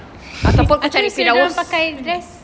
apa-apa kau cari firdaus